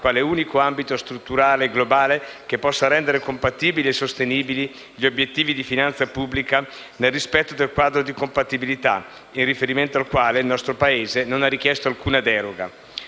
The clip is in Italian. quale unico ambito strutturale e globale che possa rendere compatibili e sostenibili gli obiettivi di finanza pubblica nel rispetto del quadro di compatibilità, in riferimento al quale il nostro Paese non ha richiesto alcuna deroga.